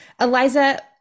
eliza